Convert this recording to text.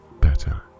better